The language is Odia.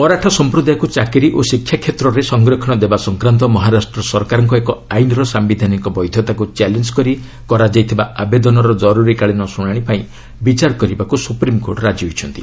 ମରାଠା ସମ୍ପ୍ରଦାୟକୁ ଚାକିରି ଓ ଶିକ୍ଷା କ୍ଷେତ୍ରରେ ସଂରକ୍ଷଣ ଦେବା ସଂକ୍ରାନ୍ତ ମହାରାଷ୍ଟ୍ର ସରକାରଙ୍କ ଏକ ଆଇନର ସାୟିଧାନିକ ବୈଧତାକୁ ଚ୍ୟାଲେଞ୍ଜ୍ କରି ହୋଇଥିବା ଆବେଦନର ଜରୁରୀକାଳୀନ ଶୁଣାଣି ପାଇଁ ବିଚାର କରିବାକୁ ସୁପ୍ରିମ୍କୋର୍ଟ ରାଜି ହୋଇଛନ୍ତି